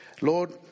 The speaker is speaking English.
Lord